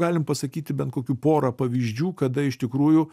galim pasakyti bet kokių porą pavyzdžių kada iš tikrųjų